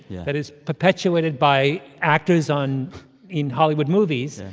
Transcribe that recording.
yeah. that is perpetuated by actors on in hollywood movies.